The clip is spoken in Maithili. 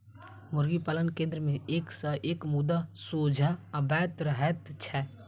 मुर्गी पालन केन्द्र मे एक सॅ एक मुद्दा सोझा अबैत रहैत छै